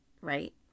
right